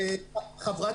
חוות